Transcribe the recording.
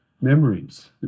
memories